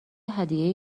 هدیه